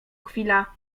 chwila